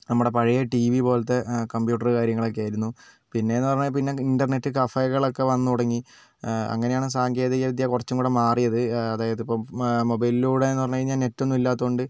നമ്മുടെ പഴയ TV പോലത്തെ കമ്പ്യൂട്ടർ കാര്യങ്ങളൊക്കെ ആയിരുന്നു പിന്നെ എന്ന് പറഞ്ഞാൽ പിന്നെ ഇന്റർനെറ്റ് കഫേകളൊക്കെ വന്ന് തുടങ്ങി അങ്ങനെയാണ് സാങ്കേതിക വിദ്യ കുറച്ചും കൂടെ മാറിയത് അതായത് ഇപ്പം മൊബൈലിലൂടെ എന്ന് പറഞ്ഞുകഴിഞ്ഞാൽ നെറ്റ് ഒന്നും ഇല്ലാത്തതുകൊണ്ട്